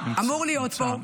אמור להיות פה.